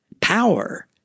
power